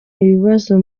ikibazo